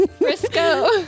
Frisco